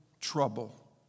trouble